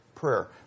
prayer